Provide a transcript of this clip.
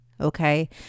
Okay